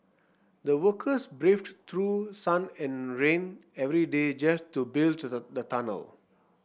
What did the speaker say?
the workers braved through sun and rain every day just to build the the tunnel